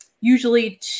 usually